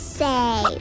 say